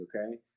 okay